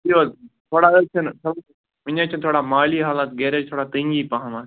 تھوڑا حظ چھِنہٕ وُنہِ حظ چھِنہٕ تھوڑا مالی حالت گَرِ حظ چھِ تھوڑا تنٛگی پَہمتھ